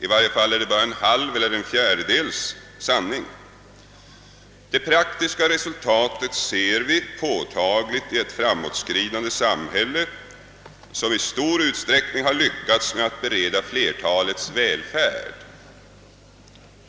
I varje fall är det bara en halv eller en fjärdedels sanning. Dess praktiska resultat ser vi påtagligt i ett framåtskridande samhälle, som i stor utsträckning har lyc kats med att bereda flertalet välfärd.